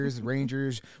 Rangers